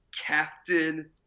Captain